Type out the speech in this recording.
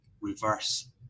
reverse